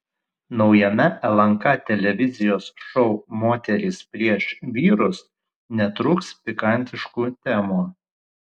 naujame lnk televizijos šou moterys prieš vyrus netrūks pikantiškų temų